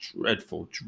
dreadful